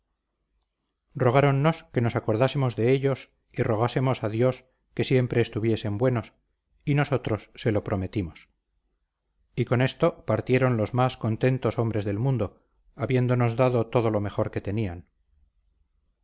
rogáronnos que nos acordásemos de ellos y rogásemos a dios que siempre estuviesen buenos y nosotros se lo prometimos y con esto partieron los más contentos hombres del mundo habiéndonos dado todo lo mejor que tenían